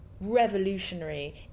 revolutionary